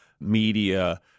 media